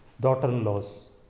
daughter-in-laws